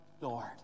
Lord